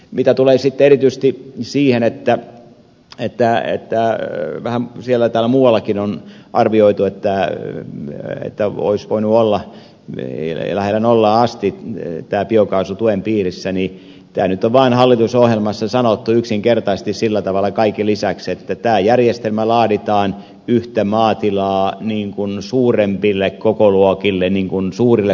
mitä tulee sitten erityisesti siihen että vähän siellä täällä muuallakin on arvioitu että olisi voinut olla lähelle nollaa asti biokaasutuen piirissä niin tämä nyt vaan on hallitusohjelmassa sanottu yksinkertaisesti kaiken lisäksi sillä tavalla että tämä järjestelmä laaditaan yhtä maatilaa suuremmille kokoluokille suurille kokoluokille